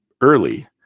early